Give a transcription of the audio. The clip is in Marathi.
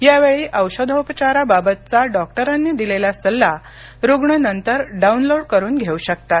यावेळी औषधोपचाराबाबतचा डॉक्टरांनी दिलेला सल्ला रुग्ण नंतर डाउनलोड करुन घेऊ शकतात